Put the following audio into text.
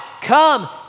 come